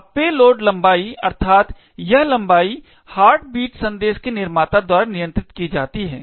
अब पेलोड लंबाई अर्थात् यह लंबाई हार्टबीट संदेश के निर्माता द्वारा नियंत्रित की जाती है